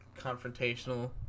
confrontational